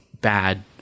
bad